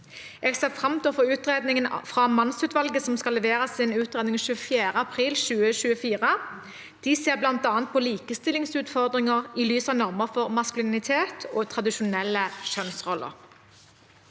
Jeg ser fram til å få utredningen fra mannsutvalget, som skal levere sin utredning 24. april 2024. De ser bl.a. på likestillingsutfordringer i lys av normer for maskulinitet og tradisjonelle kjønnsroller.